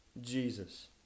Jesus